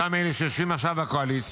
מאותם אלה שיושבים עכשיו בקואליציה,